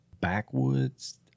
backwoods